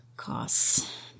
costs